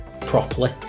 properly